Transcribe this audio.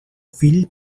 fill